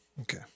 Okay